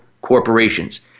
corporations